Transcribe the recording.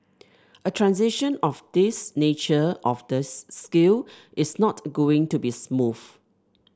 a transition of this nature of this scale is not going to be smooth